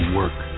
work